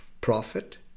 profit